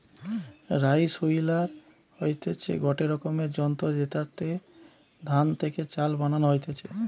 rice huller হতিছে গটে রকমের যন্ত্র জেতাতে ধান থেকে চাল বানানো হতিছে